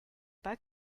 pas